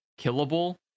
killable